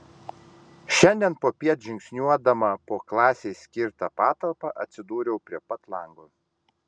šiandien popiet žingsniuodama po klasei skirtą patalpą atsidūriau prie pat lango